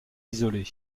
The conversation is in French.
isolé